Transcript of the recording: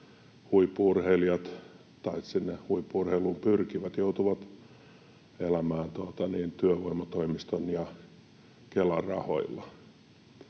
huippu-urheilijat, tai sinne huippu-urheiluun pyrkivät, joutuvat elämään työvoimatoimiston ja Kelan rahoilla